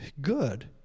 good